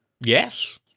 Yes